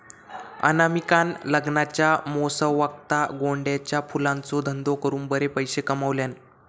अनामिकान लग्नाच्या मोसमावक्ता गोंड्याच्या फुलांचो धंदो करून बरे पैशे कमयल्यान